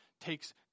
takes